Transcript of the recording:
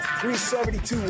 372